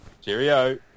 Cheerio